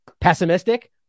pessimistic